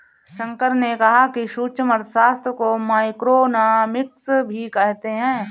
शंकर ने कहा कि सूक्ष्म अर्थशास्त्र को माइक्रोइकॉनॉमिक्स भी कहते हैं